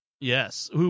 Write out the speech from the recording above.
Yes